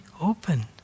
open